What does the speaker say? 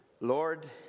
Lord